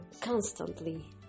constantly